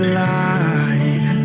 light